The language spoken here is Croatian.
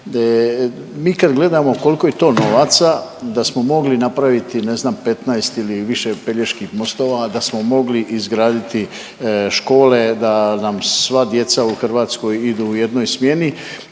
Mi kad gledamo kolko je to novaca da smo mogli napraviti ne znam 15 ili više Peljeških mostova, da smo mogli izgraditi škole da nam sva djeca u Hrvatskoj idu u jednoj smjeni